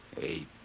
Eight